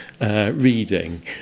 reading